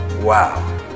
Wow